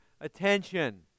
attention